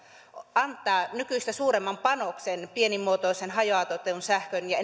antaa nykyistä suuremman panoksen pienimuotoiseen hajautettuun sähkön ja